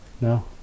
No